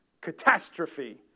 Catastrophe